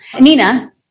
Nina